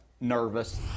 nervous